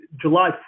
July